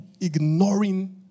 ignoring